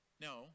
No